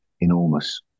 enormous